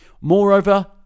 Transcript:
Moreover